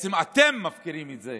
בעצם אתם מפקירים את זה